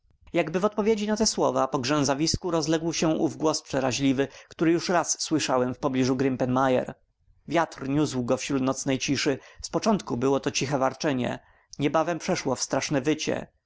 jakby w odpowiedzi na te słowa po trzęsawisku rozległ się ów głos przeraźliwy który już raz słyszałem w pobliżu grimpen mire wiatr niósł go wśród nocnej ciszy z początku było to ciche warczenie niebawem przeszło w straszne wycie